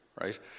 right